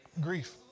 Grief